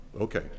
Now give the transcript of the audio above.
okay